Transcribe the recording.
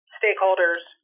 stakeholders